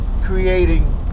creating